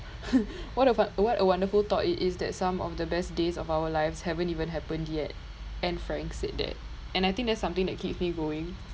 what about what a wonderful thought it is that some of the best days of our lives haven't even happened yet anne frank said that and I think that's something that keep me going